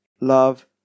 love